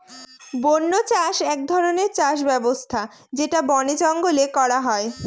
বন্য চাষ এক ধরনের চাষ ব্যবস্থা যেটা বনে জঙ্গলে করা হয়